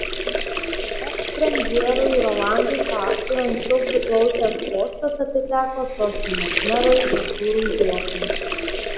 ekspremjerui rolandui paksui anksčiau priklausęs postas atiteko sostinės merui artūrui zuokui